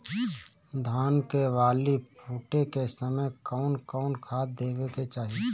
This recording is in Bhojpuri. धान के बाली फुटे के समय कउन कउन खाद देवे के चाही?